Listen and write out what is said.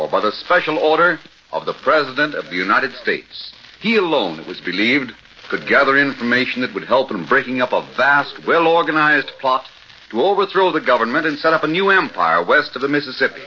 the special order of the president of the united states he alone believed could gather information that would help in breaking up of fast well organized plot to overthrow the government and set up a new empire west of the mississippi